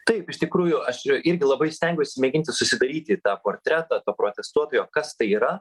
taip iš tikrųjų aš irgi labai stengiausi mėginti susidaryti tą portretą to protestuotojo kas tai yra